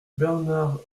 bernard